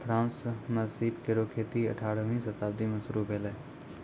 France म सीप केरो खेती अठारहवीं शताब्दी में शुरू भेलै